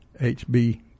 HB